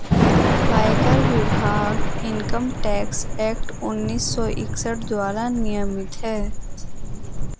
आयकर विभाग income tax act उन्नीस सौ इकसठ द्वारा नियमित है